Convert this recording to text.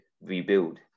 rebuild